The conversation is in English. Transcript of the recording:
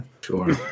sure